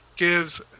Gives